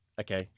Okay